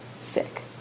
sick